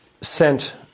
sent